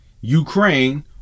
Ukraine